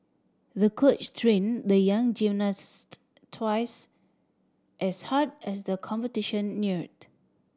the coach trained the young gymnast twice as hard as the competition neared